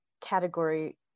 category